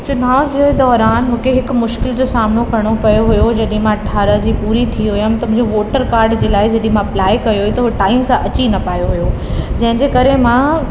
चुनाव जे दौरान मूंखे हिकु मुश्किल जो सामनो करिणो पियो हुओ जॾहिं मां अरड़ह जी थी पूरी हुअमि त मुंहिंजो वॉटर काड जे लाइ जॾहिं मां अपलाइ कयो हुओ त उहो टाइम सां अची न पायो हुओ जंहिंजे करे मां